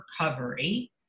recovery